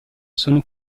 sono